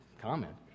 comment